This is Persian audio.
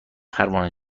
پروانه